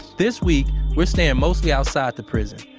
this week, we're staying mostly outside the prison.